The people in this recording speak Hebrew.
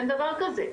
אין דבר כזה,